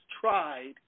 tried